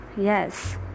yes